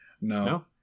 No